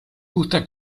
gusta